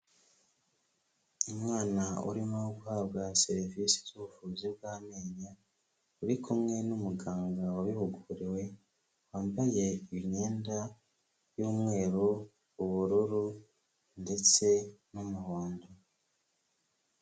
Umwana urimo guhabwa serivisi z'ubuvuzi bw'amenyo, uri kumwe n'umuganga wabihuguriwe wambaye imyenda y'umweru, ubururu ndetse n'umuhondo.